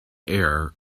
air